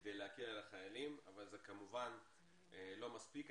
כדי להקל על החיילים אבל זה כמובן לא מספיק.